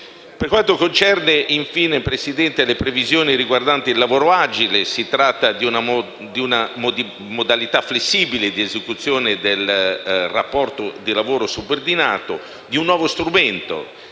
Per quanto concerne le previsioni riguardanti il lavoro agile, si tratta di una modalità flessibile di esecuzione del rapporto di lavoro subordinato, di un nuovo strumento